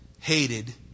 hated